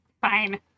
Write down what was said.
Fine